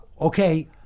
okay